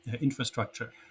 infrastructure